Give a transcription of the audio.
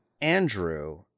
andrew